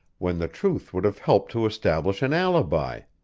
when the truth would have helped to establish an alibi?